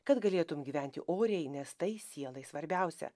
kad galėtum gyventi oriai nes tai sielai svarbiausia